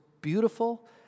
beautiful